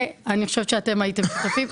ואני חושבת שאתם הייתם שותפים,